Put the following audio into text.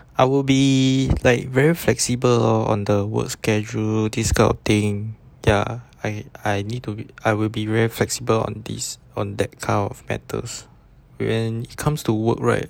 I will be like very flexible on on the work schedule this kind of thing ya I I need to I will be very flexible on these on that kind of matters when it comes to work right